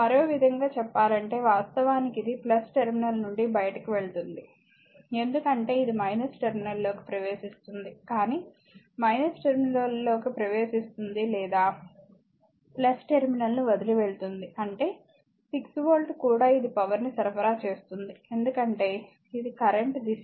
మరోవిధంగా చెప్పాలంటే వాస్తవానికి ఇది టెర్మినల్ నుండి బయటకు వెళుతుంది ఎందుకంటే ఇది టెర్మినల్లోకి ప్రవేశిస్తుంది కానీ టెర్మినల్లోకి ప్రవేశిస్తుంది లేదా టెర్మినల్ను వదిలి వెళ్తుంది అంటే 6 వోల్ట్ కూడా ఇది పవర్ ని సరఫరా చేస్తుంది ఎందుకంటే ఇది కరెంట్ దిశ